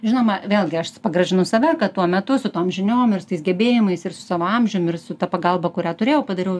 žinoma vėlgi aš pagražinu save kad tuo metu su tom žiniom ir su tais gebėjimais ir su savo amžium ir su ta pagalba kurią turėjau padariau